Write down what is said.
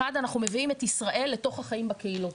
אחד אנחנו מביאים את ישראל לתוך החיים בקהילות,